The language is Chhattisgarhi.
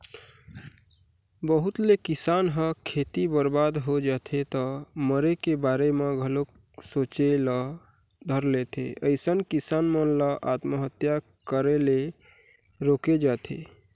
बहुत ले किसान ह खेती बरबाद हो जाथे त मरे के बारे म घलोक सोचे ल धर लेथे अइसन किसान मन ल आत्महत्या करे ले रोके जाथे